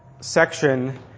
Section